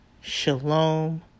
Shalom